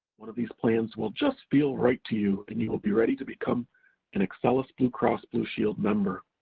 one of these plans will just feel right to you, and you will be ready to become an excellus blue cross blue shield member.